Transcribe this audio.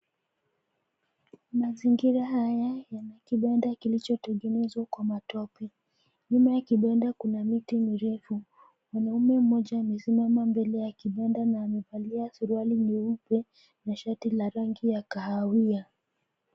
Mazingira haya, yana kibanda kilichotengenezwa kwa matope, nyuma kidogo kuna miti mirefu, mwanaume mmoja amesimama mbele ya kibanda na amevalia suruali nyeupe, na shati la rangi ya kahawia.